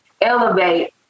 elevate